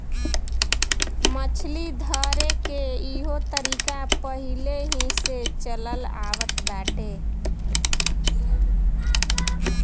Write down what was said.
मछली धरेके के इहो तरीका पहिलेही से चलल आवत बाटे